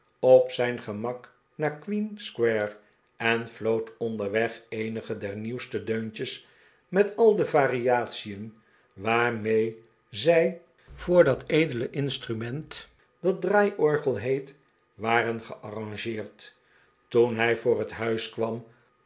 op zijn gemak naar queen square en floot onderweg eenige der nieuwste deuntjes met al de variation waarmee zij voor dat edele instrument dat draaiorgel heet waren gearrangeerd toen hij voor het huis kwam